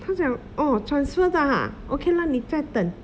他讲 orh transfer 的 ha okay lah 你再等